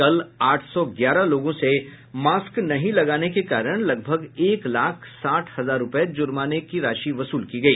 कल आठ सौ ग्यारह लोगों से मास्क नहीं लगाने के कारण लगभग एक लाख साठ हजार रूपये जुर्माने की राशि वसूल की गई